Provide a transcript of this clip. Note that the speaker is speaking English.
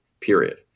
period